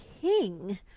king